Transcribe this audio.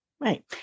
Right